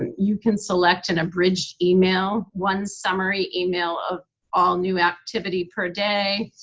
you can select an abridged email, one summary email of all new activity per day.